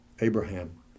Abraham